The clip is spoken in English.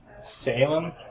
Salem